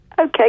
okay